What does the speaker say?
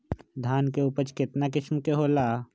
धान के उपज केतना किस्म के होला?